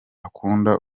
akunda